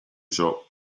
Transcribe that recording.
shop